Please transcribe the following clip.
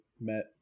met